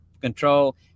control